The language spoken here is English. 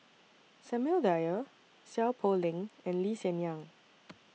Samuel Dyer Seow Poh Leng and Lee Hsien Yang